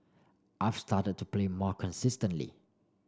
I've started to play more consistently